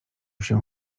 się